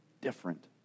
different